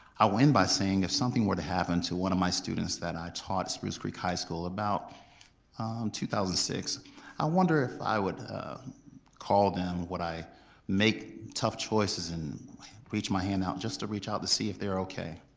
i will end by saying if something were to happen to one of my students that i taught at spruce creek high school, about two thousand and six i wonder if i would call them, would i make tough choices and reach my hand out just to reach out to see if they're okay?